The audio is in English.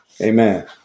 Amen